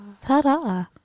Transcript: ta-da